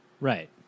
Right